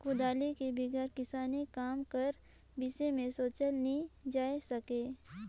कुदारी बिगर किसानी काम कर बिसे मे सोचल नी जाए सके